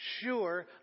sure